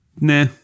Nah